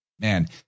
man